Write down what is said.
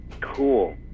Cool